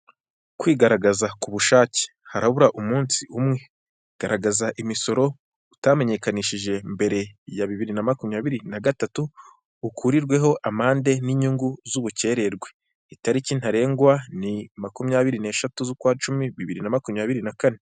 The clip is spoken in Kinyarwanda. Kwigaragaza ku bushake, harabura umunsi umwe. Garagaza imisoro utamenyekanishije mbere ya bibiri na makumyabiri n'agatatu, ukurirweho amande n'inyungu z'ubukererwe. Itariki ntarengwa ni makumyabiri n'eshatu z'ukwa cumi bibiri na makumyabiri na kane.